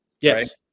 Yes